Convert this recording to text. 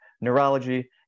neurology